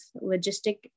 logistic